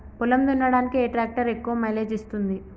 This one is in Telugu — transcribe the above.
పొలం దున్నడానికి ఏ ట్రాక్టర్ ఎక్కువ మైలేజ్ ఇస్తుంది?